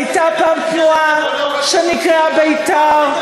הייתה פעם תנועה שנקראה בית"ר,